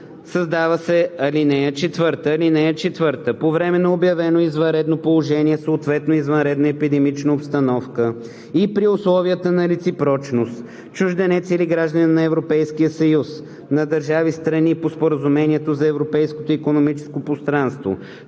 създава се ал. 4: „(4) По време на обявено извънредно положение, съответно извънредна епидемична обстановка и при условията на реципрочност, чужденец или гражданин на Европейския съюз, на държави – страни по Споразумението за Европейското икономическо пространство,